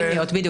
בדיוק.